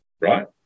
right